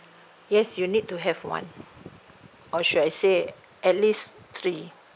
yes you need to have one or should I say at least three